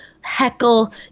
heckle